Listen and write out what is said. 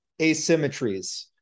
asymmetries